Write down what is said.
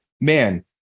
man